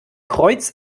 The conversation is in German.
kreuz